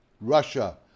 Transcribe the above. Russia